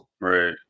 Right